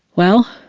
well,